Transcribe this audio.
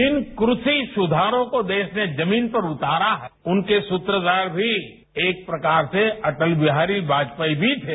जिन कृषि सुधारों को देश ने जमीन पर उतारा है उनके सुत्रधार भी एक प्रकार से अटलबिहारी वाजपेयी भी थे